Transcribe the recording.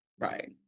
Right